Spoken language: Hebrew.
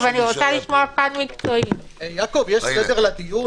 סדר הדיון